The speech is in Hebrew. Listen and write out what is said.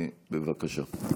בבקשה.